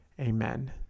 Amen